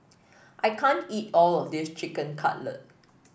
I can't eat all of this Chicken Cutlet